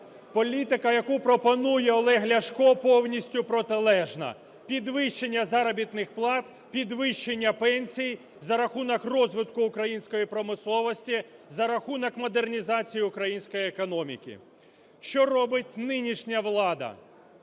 Політика, яку пропонує Олег Ляшко, повністю протилежна: підвищення заробітних плат, підвищення пенсій за рахунок розвитку української промисловості, за рахунок модернізації української економіки. Що робить нинішня влада?